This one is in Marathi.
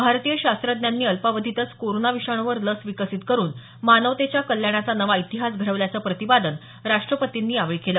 भारतीय शास्त्रज्ञांनी अल्पावधीतच कोरोना विषाणूवर लस विकसित करून मानवतेच्या कल्याणाचा नवा इतिहास घडवल्याचं प्रतिपादन राष्ट्रपतींनी यावेळी केलं